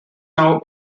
now